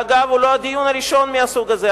ואגב, הוא לא הדיון הראשון מהסוג הזה.